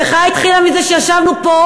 המחאה התחילה מזה שישבנו פה,